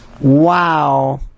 Wow